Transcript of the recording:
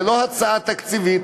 זו לא הצעה תקציבית.